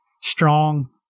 strong